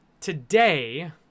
today